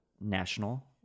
national